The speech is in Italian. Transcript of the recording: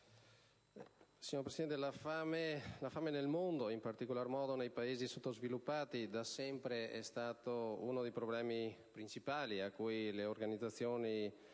Signora Presidente, la fame nel mondo e in particolar modo nei Paesi sottosviluppati da sempre rappresenta uno dei problemi principali a cui le organizzazioni